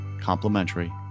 complimentary